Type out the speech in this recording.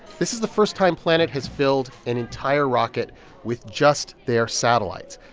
this is the first time planet has filled an entire rocket with just their satellites.